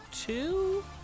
two